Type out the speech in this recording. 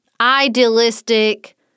idealistic